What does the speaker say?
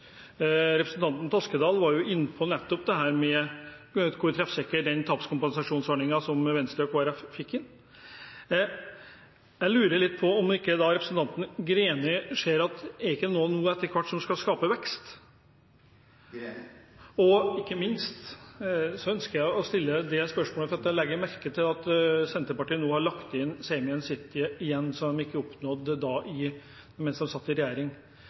Representanten Toskedal var jo inne på nettopp dette med hvor treffsikker den tapskompensasjonsordningen som Venstre og Kristelig Folkeparti fikk inn, var. Jeg lurer litt på om ikke representanten Greni ser at det etter hvert ikke er noen som skal skape vekst. Og ikke minst ønsker jeg å stille et annet spørsmål, for jeg legger merke til at Senterpartiet nå har lagt inn igjen Saemien Sijte, som de ikke oppnådde mens de satt i regjering.